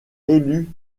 élus